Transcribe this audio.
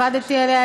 עבדתי עליה,